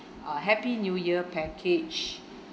uh happy new year package